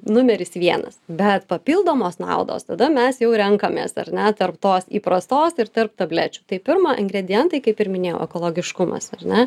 numeris vienas bet papildomos naudos tada mes jau renkamės ar ne tarp tos įprastos ir tarp tablečių tai pirma ingredientai kaip ir minėjau ekologiškumas ar ne